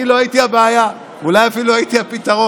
אני לא הייתי הבעיה, ואולי אפילו הייתי הפתרון.